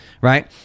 right